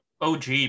OG